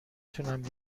تونم